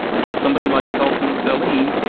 and so somebody like sultan selen,